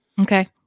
Okay